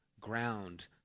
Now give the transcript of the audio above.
ground